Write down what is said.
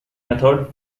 method